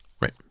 Right